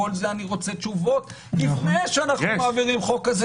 על כל זה אני רוצה תשובות לפני שאנחנו מעבירים חוק כזה.